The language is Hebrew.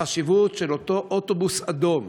החשיבות של אותו אוטובוס אדום,